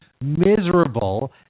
miserable